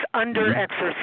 under-exercised